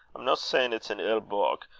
i'm no sayin' it's an ill beuk.